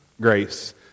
grace